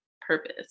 purpose